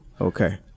Okay